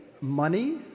money